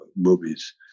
movies